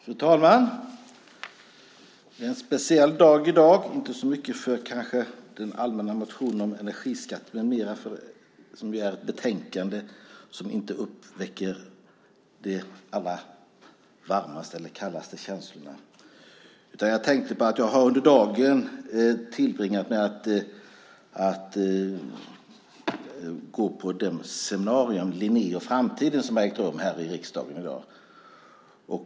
Fru talman! Det är en speciell dag i dag. Kanske inte så mycket på grund av betänkandet Allmänna motioner om energiskatten m.m. , som inte uppväcker de alla varmaste eller kallaste känslorna. Jag tänkte på att jag har tillbringat dagen med att gå på det seminarium, "Linné och framtiden", som har ägt rum här i riksdagen i dag.